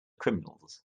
criminals